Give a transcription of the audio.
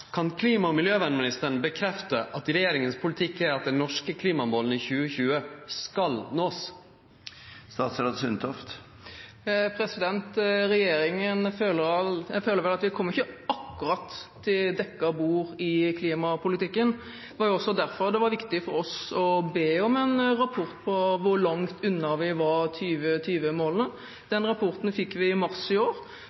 Kan klima- og miljøministeren bekrefte at regjeringas politikk er at ein skal nå dei norske klimamåla for 2020? Jeg føler vel at regjeringen ikke akkurat kom til dekket bord i klimapolitikken. Det var også derfor det var viktig for oss å be om en rapport på hvor langt unna vi var